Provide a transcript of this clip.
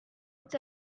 its